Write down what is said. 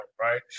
right